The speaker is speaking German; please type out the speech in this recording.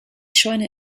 scheune